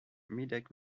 medak